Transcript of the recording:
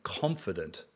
confident